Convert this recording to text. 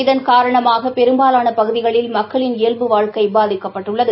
இதன் காரணமாகபெரும்பாலானபகுதிகளில் மக்களின் இயல்வு வாழ்க்கைபாதிக்கப்பட்டுள்ளது